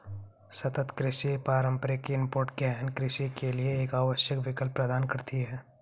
सतत कृषि पारंपरिक इनपुट गहन कृषि के लिए एक आवश्यक विकल्प प्रदान करती है